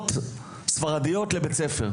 תלמידות ספרדיות לבית הספר,